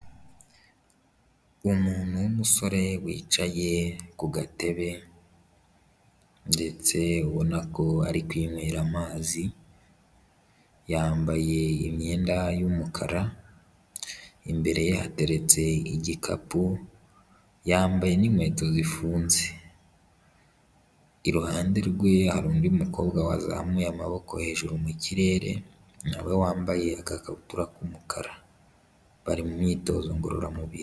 Umuntu w'umusore wicaye ku gatebe ndetse ubona ko ari kwinywera amazi, yambaye imyenda y'umukara imbere ye hateretse igikapu yambaye n'inkweto zifunze, iruhande rwe hari undi mukobwa wazamuye amaboko hejuru mu kirere nawe wambaye agakabutura k'umukara, bari mu myitozo ngororamubiri.